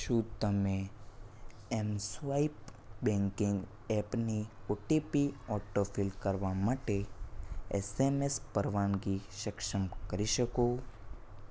શું તમે mSwipe banking એપની ઓટીપી ઓટોફિલ કરવા માટે એસએમએસ પરવાનગી સક્ષમ કરી શકો